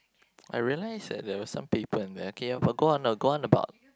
I realise that there were some paper in there okay but go on go on about